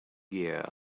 gear